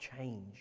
change